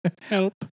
help